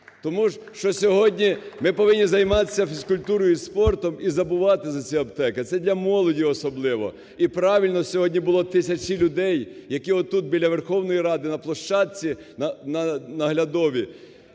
тому що сьогодні ми повинні займатися фізкультурою і спортом і забувати за ці аптеки. Це для молоді особливо. І правильно сьогодні було тисячі людей, які отут біля Верховної Ради на площадці наглядовій